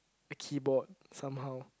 a keyboard somehow